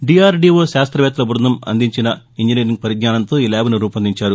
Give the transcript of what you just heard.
DRDO న్ శాస్త్రవేత్తల బ్బందం అందించిన ఇంజనీరింగ్ పరిజ్ఞానంతో ఈ ల్యాబ్ను రూపొందించారు